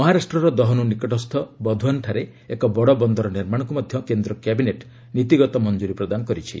ମହାରାଷ୍ଟ୍ରର ଦହନ୍ତ ନିକଟସ୍କ ବଧଓ୍ୱାନଠାରେ ଏକ ବଡ଼ ବନ୍ଦର ନିର୍ମାଣକୁ ମଧ୍ୟ କେନ୍ଦ୍ର କ୍ୟାବିନେଟ୍ ନୀତିଗତ ମଞ୍ଜୁରୀ ପ୍ରଦାନ କରିଛି